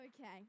Okay